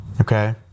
Okay